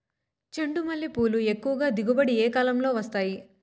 చెండుమల్లి పూలు ఎక్కువగా దిగుబడి ఏ కాలంలో వస్తాయి